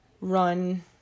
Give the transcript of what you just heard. run